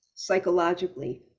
psychologically